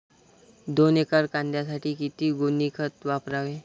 दोन एकर कांद्यासाठी किती गोणी खत वापरावे?